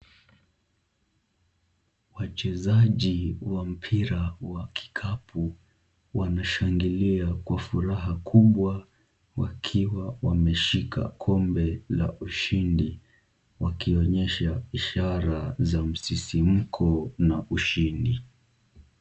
Wachezaji wa mpira wa kikapu wanashangilia kwa furaha kubwa wakiwa wameshika kombe la ushindi, wakionyesha ishara za msisimuko na ushindi.